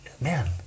man